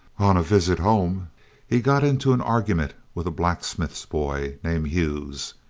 on a visit home he got into an argument with a blacksmith's boy, named hughes.